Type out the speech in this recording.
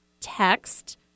Text